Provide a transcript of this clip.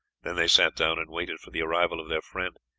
then they sat down and waited for the arrival of their friend.